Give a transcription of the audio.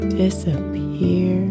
disappear